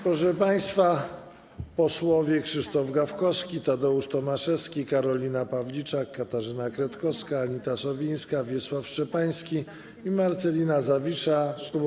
Proszę państwa, posłowie Krzysztof Gawkowski, Tadeusz Tomaszewski, Karolina Pawliczak, Katarzyna Kretkowska, Anita Sowińska, Wiesław Szczepański i Marcelina Zawisza z klubu